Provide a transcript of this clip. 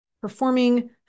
performing